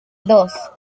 dos